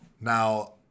Now